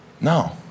No